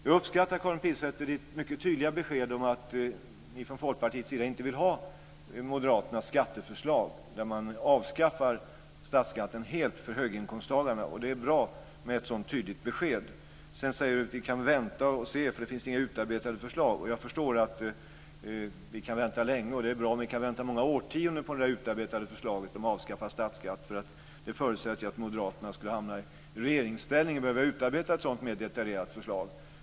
Jag uppskattar Karin Pilsäters mycket tydliga besked om att ni i Folkpartiet inte vill ha Moderaternas skatteförslag där man helt avskaffar statsskatten för höginkomsttagarna. Det är bra med ett så tydligt besked. Sedan säger Karin Pilsäter att vi kan vänta och se därför att det inte finns några utarbetade förslag. Jag förstår att vi kan vänta länge, och det är bra om vi kan vänta i många årtionden på det där utarbetade förslaget om avskaffad statsskatt därför att det förutsätter att Moderaterna skulle hamna i regeringsställning och behöva utarbeta ett sådant mer detaljerat förslag.